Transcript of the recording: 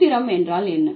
சூத்திரம் என்றால் என்ன